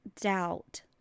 doubt